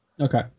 Okay